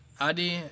Adi